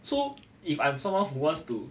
so if I'm someone who wants to